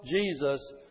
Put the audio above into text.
Jesus